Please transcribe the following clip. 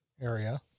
area